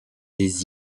des